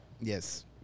Yes